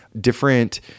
different